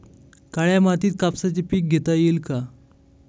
काळ्या मातीत कापसाचे पीक घेता येईल का?